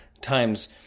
times